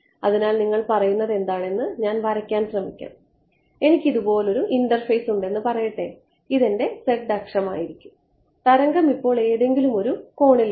അതിനാൽ നിങ്ങൾ പറയുന്നത് എന്താണെന്ന് ഞാൻ വരയ്ക്കാൻ ശ്രമിക്കാം എനിക്ക് ഇതുപോലൊരു ഇന്റർഫേസ് ഉണ്ടെന്ന് പറയട്ടെ ഇതെൻറെ z അക്ഷം ആണെന്ന് പറയട്ടെ തരംഗം ഇപ്പോൾ ഏതെങ്കിലും ഒരു കോണിൽ വരാം